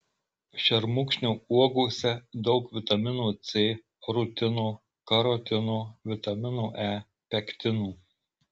šermukšnio uogose daug vitamino c rutino karotino vitamino e pektinų